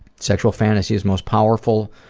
sexual fantasies most powerful,